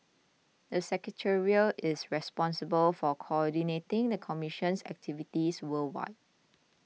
the secretariat is responsible for coordinating the commission's activities worldwide